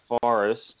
Forest